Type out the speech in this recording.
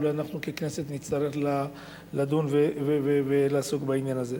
אולי אנחנו ככנסת נצטרך לדון ולעסוק בעניין הזה.